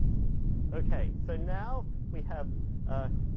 okay, so now we have ah,